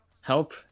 help